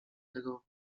tego